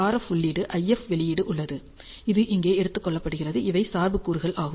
F உள்ளீடு IF வெளியீடு உள்ளது இது இங்கே எடுத்துக் கொள்ளப்படுகிறது இவை சார்பு கூறுகள் ஆகும்